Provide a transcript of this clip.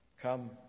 Come